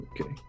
Okay